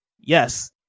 yes